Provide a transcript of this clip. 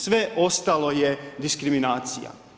Sve ostalo je diskriminacija.